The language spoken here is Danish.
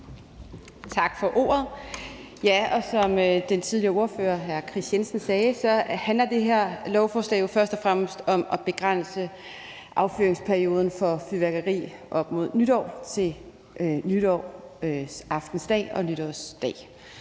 Tak for ordet. Som den tidligere ordfører, hr. Kris Jensen Skriver, sagde, handler det her lovforslag først og fremmest om at begrænse affyringsperioden for fyrværkeri op mod nytår til nytårsaftensdag og nytårsdag.